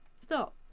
Stop